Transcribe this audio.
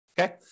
okay